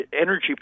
energy